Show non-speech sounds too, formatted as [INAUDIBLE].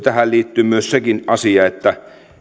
[UNINTELLIGIBLE] tähän liittyy myös sekin asia että